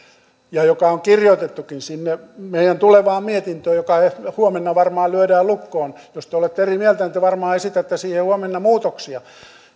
ja joka on kirjoitettukin sinne meidän tulevaan mietintöömme joka huomenna varmaan lyödään lukkoon ja jos te olette eri mieltä niin te varmaan esitätte siihen huomenna muutoksia